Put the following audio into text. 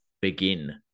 begin